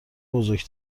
بزرگ